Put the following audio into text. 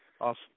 awesome